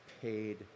paid